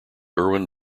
irwin